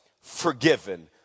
forgiven